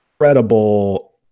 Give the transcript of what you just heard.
incredible